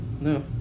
No